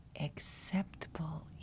acceptable